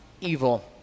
evil